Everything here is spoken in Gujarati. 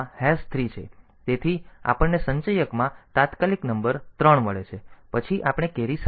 તેથી આપણને સંચયકમાં તાત્કાલિક નંબર 3 મળે છે પછી આપણે કેરી સાફ કરીએ છીએ